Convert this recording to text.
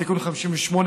תיקון 58,